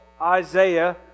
Isaiah